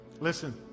Listen